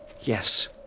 Yes